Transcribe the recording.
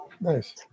Nice